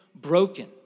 broken